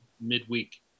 midweek